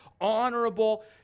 honorable